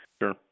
Sure